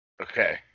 Okay